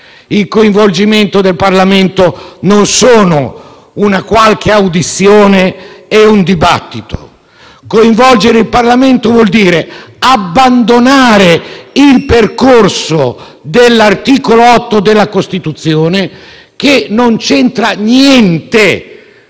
il coinvolgimento del Parlamento non è una qualche audizione o un dibattito; coinvolgere il Parlamento vuol dire abbandonare il percorso dell'articolo 8 della Costituzione, che non c'entra niente